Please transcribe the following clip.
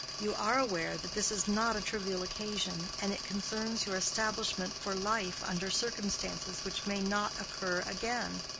you are aware that this is not a trivial occasion, and it concerns your establishment for life under circumstances which may not occur again.